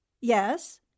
Yes